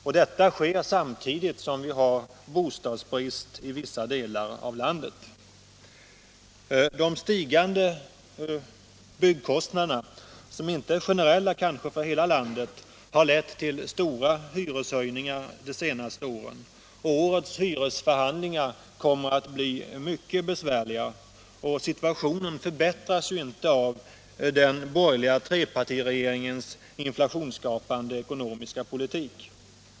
Och detta sker samtidigt som vi har bostadsbrist i vissa delar av landet. De stigande byggkostnaderna — som kanske dock inte är generella för hela landet — har lett till stora hyreshöjningar de senaste åren. Årets hyresförhandlingar kommer att bli mycket besvärliga, och situationen förbättras inte av den borgerliga trepartiregeringens inflationsskapande ekonomiska politik.